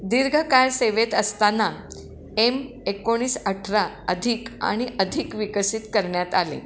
दीर्घकाळ सेवेत असताना एम एकोणीस अठरा अधिक आणि अधिक विकसित करण्यात आले